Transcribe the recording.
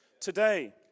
today